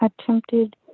attempted